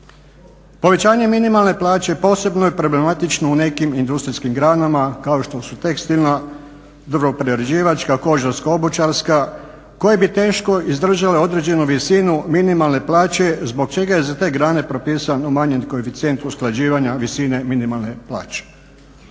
Povećanje minimalne plaće posebno je problematično u nekim industrijskim granama kao što su tekstilna, drvoprerađivačka, kožarsko obućarska koje bi teško izdržale određenu visinu minimalne plaće zbog čega je za te grane propisan umanjeni koeficijent usklađivanja visine minimalne plaće.